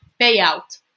payout